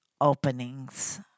openings